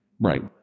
Right